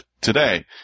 today